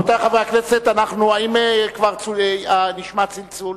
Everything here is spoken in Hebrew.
האם נשמע צלצול?